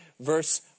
verse